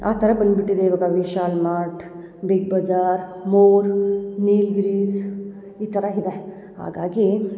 ಆ ಥರ ಬಂದುಬಿಟ್ಟಿದೆ ಇವಾಗ Vishal Mart Big Bazaar More Nilgiris ಈ ಥರ ಇದೆ ಹಾಗಾಗಿ